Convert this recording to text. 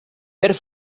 per